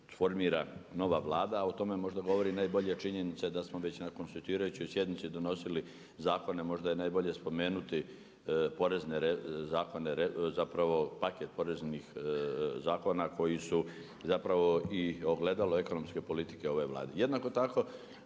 formira nova Vlada, a o tome možda govori najbolje činjenica da smo već na konstituirajućoj sjednici donosili zakone. Možda je najbolje spomenuti paket poreznih zakona koji su i ogledalo ekonomske politike ove Vlade. Jednako tako